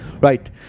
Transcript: right